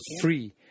free